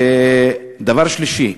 דבר שלישי,